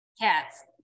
Cats